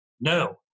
No